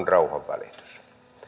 rauhanvälitys